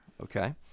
okay